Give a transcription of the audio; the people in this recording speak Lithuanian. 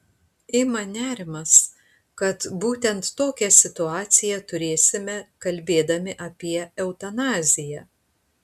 ima nerimas kad būtent tokią situaciją turėsime kalbėdami apie eutanaziją